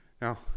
Now